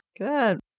Good